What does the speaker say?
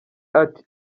ati